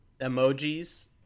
emojis